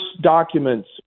documents